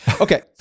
Okay